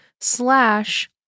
slash